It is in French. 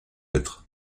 lettres